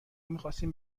میخواستیم